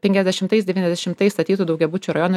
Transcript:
penkiasdešimtais devyniasdešimtais statytų daugiabučių rajonų